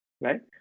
right